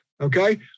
Okay